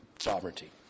Sovereignty